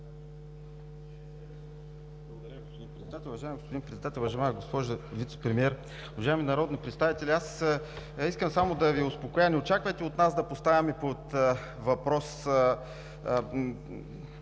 Уважаеми господин Председател, уважаема госпожо Вицепремиер, уважаеми народни представители! Аз искам само да Ви успокоя – не очаквайте от нас да поставяме под въпрос